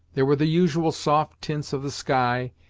there were the usual soft tints of the sky,